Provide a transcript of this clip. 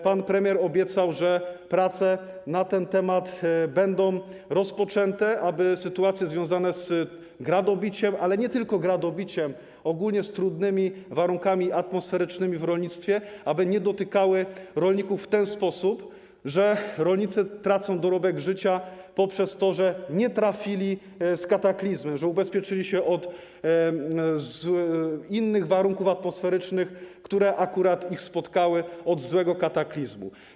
Pan premier obiecał, że prace na ten temat będą rozpoczęte, aby sytuacje związane z gradobiciem, ale nie tylko gradobiciem, ogólnie związane z trudnymi warunkami atmosferycznymi w rolnictwie, nie dotykały rolników w ten sposób, że rolnicy tracą dorobek życia poprzez to, że nie trafili z ubezpieczeniem od kataklizmu, że ubezpieczyli się od innych warunków atmosferycznych niż te, które akurat ich spotkały, od nieodpowiedniego kataklizmu.